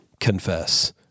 confess